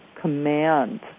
command